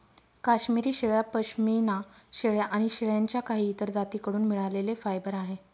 काश्मिरी शेळ्या, पश्मीना शेळ्या आणि शेळ्यांच्या काही इतर जाती कडून मिळालेले फायबर आहे